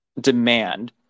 demand